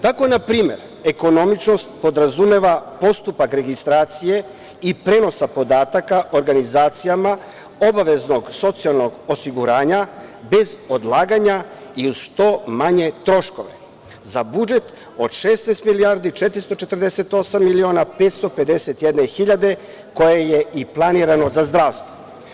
Tako, na primer, ekonomičnost podrazumeva postupak registracije i prenosa podataka organizacijama obaveznog socijalnog osiguranja bez odlaganja i uz što manje troškove za budžet od 16.448.551.000 koje je i planirano za zdravstvo.